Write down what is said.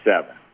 seven